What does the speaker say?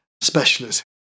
specialists